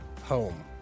home